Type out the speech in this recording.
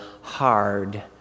hard